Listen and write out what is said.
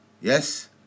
Yes